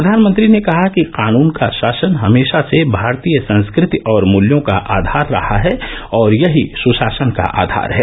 प्रधानमंत्री ने कहा कि कानून का शासन हमेशा से भारतीय संस्कृति और मूल्यों का आधार रहा है और यही सुशासन का आधार है